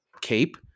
cape